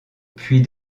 puis